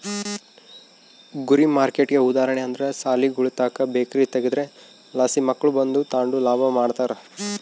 ಗುರಿ ಮಾರ್ಕೆಟ್ಗೆ ಉದಾಹರಣೆ ಅಂದ್ರ ಸಾಲಿಗುಳುತಾಕ ಬೇಕರಿ ತಗೇದ್ರಲಾಸಿ ಮಕ್ಳು ಬಂದು ತಾಂಡು ಲಾಭ ಮಾಡ್ತಾರ